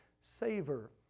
savor